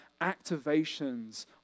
activations